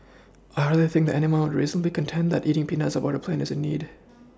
I hardly think anymore reasonably contend that eating peanuts on board a plane is a need